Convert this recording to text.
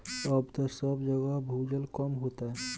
अब त सब जगह भूजल कम होता